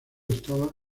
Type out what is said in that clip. estaba